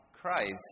Christ